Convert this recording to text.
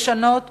לשנות ולשפר.